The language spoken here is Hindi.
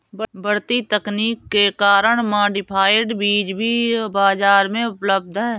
बढ़ती तकनीक के कारण मॉडिफाइड बीज भी बाजार में उपलब्ध है